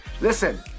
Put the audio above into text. Listen